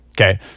okay